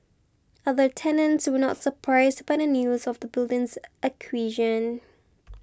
other tenants were not surprised by the news of the building's acquisition